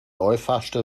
einfachsten